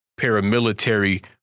paramilitary